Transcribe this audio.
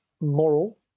moral